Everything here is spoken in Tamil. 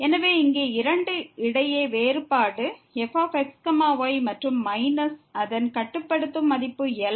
எனவே இங்கே இரண்டுக்கும் இடையே உள்ள வேறுபாடு fx yமற்றும் மைனஸ் அதன் கட்டுப்படுத்தும் மதிப்பு L